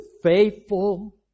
Faithful